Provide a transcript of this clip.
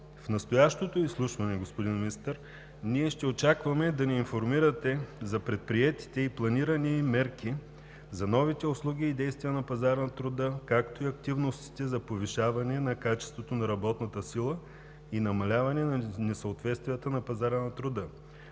В настоящото изслушване, господин Министър, ние ще очакваме да ни информирате за предприетите и планирани мерки за новите услуги и действия на пазара на труда, както и активностите за повишаване на качеството на работната сила и намаляване на несъответствията на пазара на труда.